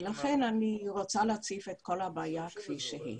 לכן אני רוצה להציף את כל הבעיה כפי שהיא.